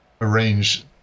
arrange